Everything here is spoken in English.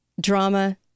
Drama